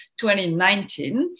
2019